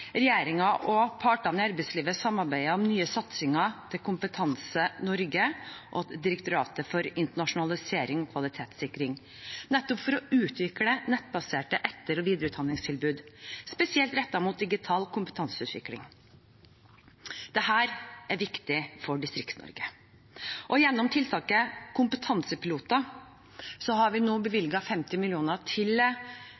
og partene i arbeidslivet samarbeidet om nye satsinger til Kompetanse Norge og Direktoratet for internasjonalisering og kvalitetssikring, nettopp for å utvikle nettbaserte etter- og videreutdanningstilbud, spesielt rettet mot digital kompetanseutvikling. Dette er viktig for Distrikts-Norge. Gjennom tiltaket Kompetansepiloter har vi nå